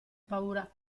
paura